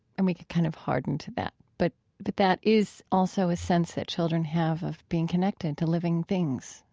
and we kind of harden to that, but but that is also a sense that children have of being connected to living things,